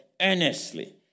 earnestly